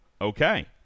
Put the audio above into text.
okay